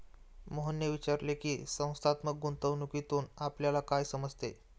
मोहनने विचारले की, संस्थात्मक गुंतवणूकीतून आपल्याला काय समजते?